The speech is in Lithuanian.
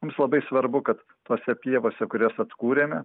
mums labai svarbu kad tose pievose kurias atkūrėme